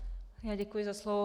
Děkuji za slovo.